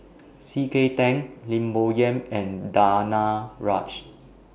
C K Tang Lim Bo Yam and Danaraj